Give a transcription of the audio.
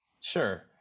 Sure